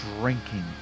drinking